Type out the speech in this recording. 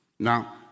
Now